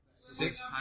Six